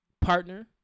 partner